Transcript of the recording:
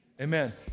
Amen